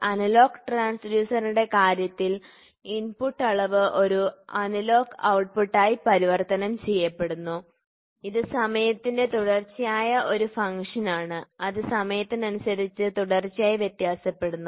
analogue ട്രാൻസ്ഡ്യൂസറിന്റെ കാര്യത്തിൽ input അളവ് ഒരു അനലോഗ് ഔട്ട്പുട്ടായി പരിവർത്തനം ചെയ്യപ്പെടുന്നു ഇത് സമയത്തിന്റെ തുടർച്ചയായ ഒരു ഫങ്ക്ഷൻ ആണ് അത് സമയത്തിനനുസരിച്ച് തുടർച്ചയായി വ്യത്യാസപ്പെടുന്നു